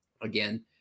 Again